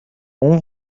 اون